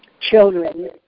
children